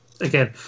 again